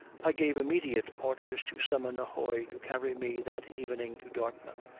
i gave immediate orders to summon a hoy to carry me that evening to dartmouth,